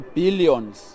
billions